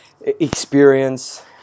experience